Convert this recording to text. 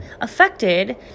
affected